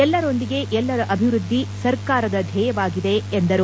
ಎಲ್ಲರೊಂದಿಗೆ ಎಲ್ಲರ ಅಭಿವೃದ್ದಿ ಸರ್ಕಾರದ ಧ್ಯೇಯವಾಗಿದೆ ಎಂದರು